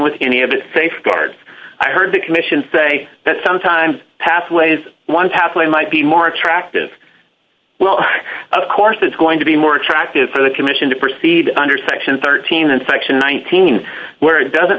with any of its safeguards i heard the commission say that sometimes pathways one pathway might be more attractive well of course it's going to be more attractive for the commission to proceed under section thirteen and section nineteen where it doesn't